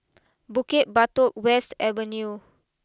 Bukit Batok West Avenue